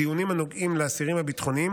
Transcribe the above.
הדיונים הנוגעים לאסירים הביטחוניים